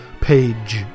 page